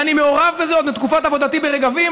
ואני מעורב בזה עוד מתקופת עבודתי ברגבים,